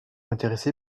intéressé